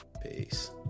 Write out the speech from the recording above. peace